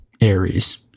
Aries